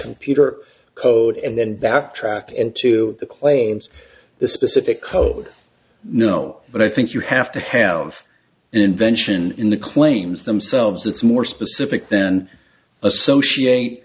computer code and then backtrack into the claims the specific code no but i think you have to have an invention in the claims themselves that's more specific then associate